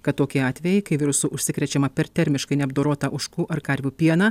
kad tokie atvejai kai virusu užsikrečiama per termiškai neapdorotą ožkų ar karvių pieną